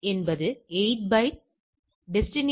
உங்களுக்குப் புரிகிறதா